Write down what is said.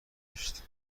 بهشت